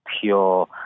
pure